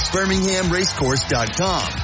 BirminghamRacecourse.com